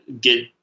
get